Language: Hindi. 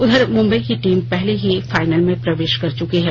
उधर मुंबई की टीम पहले ही फाइनल में प्रवेश कर चुकी है